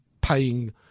paying